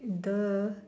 !duh!